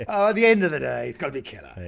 at ah the end of the day, it's got to be killer.